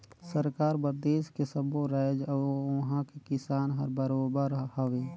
सरकार बर देस के सब्बो रायाज अउ उहां के किसान हर बरोबर हवे